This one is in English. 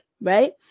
right